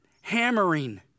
hammering